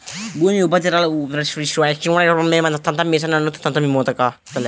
భూమి ఉపరితల ఉష్ణోగ్రత వ్యత్యాసాల వలన వాతావరణ పరిస్థితులు మారిపోతుంటాయి